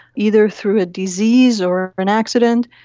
either through a disease or or an accident,